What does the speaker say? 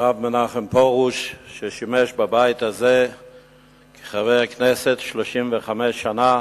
הרב מנחם פרוש, ששימש בבית הזה כחבר הכנסת 35 שנה,